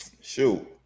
Shoot